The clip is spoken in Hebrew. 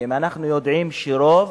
אנחנו יודעים שרוב,